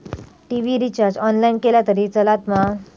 TV recharge online केला तरी चलात मा?